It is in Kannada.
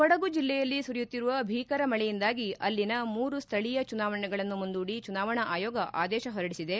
ಕೊಡಗು ಜಿಲ್ಲೆಯಲ್ಲಿ ಸುರಿಯುತ್ತಿರುವ ಭೀಕರ ಮಳೆಯಿಂದಾಗಿ ಅಲ್ಲಿನ ಮೂರು ಸ್ವಳೀಯ ಚುನಾವಣೆಗಳನ್ನು ಮುಂದೂಡಿ ಚುನಾವಣಾ ಆಯೋಗ ಆದೇಶ ಹೊರಡಿಸಿದೆ